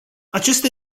acesta